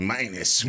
Minus